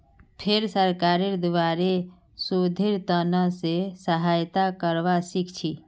फेर सरकारेर द्वारे शोधेर त न से सहायता करवा सीखछी